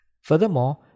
Furthermore